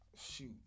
shoot